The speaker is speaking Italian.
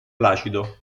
placido